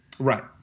Right